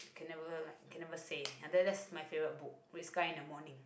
can never like can never say ya that that is my favourite book red sky in the morning